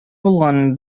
булганын